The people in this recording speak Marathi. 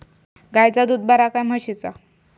गायचा दूध बरा काय म्हशीचा?